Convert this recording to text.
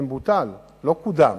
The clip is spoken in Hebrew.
בוטל ולא קודם.